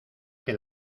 que